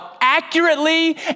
accurately